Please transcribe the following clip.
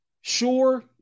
Sure